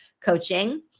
coaching